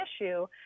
issue